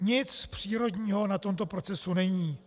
Nic přírodního na tomto procesu není.